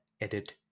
edit